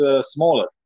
smaller